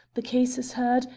the case is heard,